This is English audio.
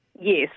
Yes